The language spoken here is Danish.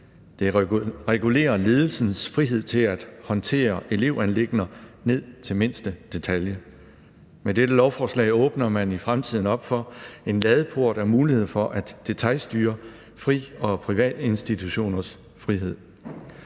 Det regulerer ledelsens frihed til at håndtere elevanliggender ned til mindste detalje. Med dette lovforslag åbner man i fremtiden op for en ladeport af muligheder for at detailstyre fri- og privatinstitutioners frihed.